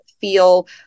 feel